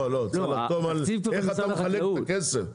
לא, לא, צריך לחתום על איך אתה מחלק את הכסף.